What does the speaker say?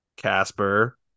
Casper